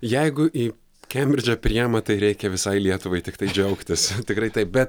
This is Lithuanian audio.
jeigu į kembridžą priima tai reikia visai lietuvai tiktai džiaugtis tikrai taip bet